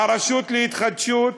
הרשות להתחדשות,